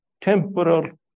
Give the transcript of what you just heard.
temporal